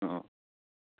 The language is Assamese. অঁ